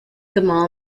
gamal